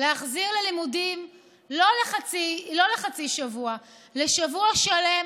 להחזיר ללימודים לא לחצי שבוע, לשבוע שלם,